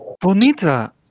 Bonita